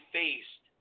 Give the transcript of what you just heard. faced